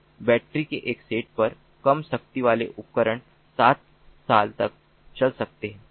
तो बैटरी के एक सेट पर कम शक्ति वाले उपकरण 7 साल तक चल सकते हैं